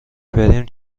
بریم